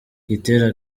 gitera